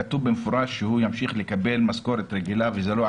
כתוב במפורש שהוא ימשיך לקבל משכורת רגילה וזה לא על חשבון?